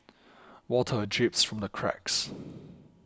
water drips from the cracks